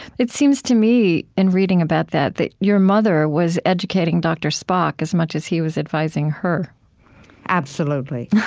it seems to me, in reading about that, that your mother was educating dr. spock as much as he was advising her absolutely.